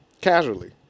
casually